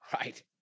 Right